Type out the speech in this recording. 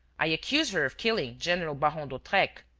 i accuse her of killing general baron d'hautrec.